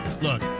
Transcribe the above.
look